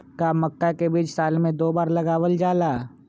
का मक्का के बीज साल में दो बार लगावल जला?